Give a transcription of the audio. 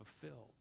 fulfilled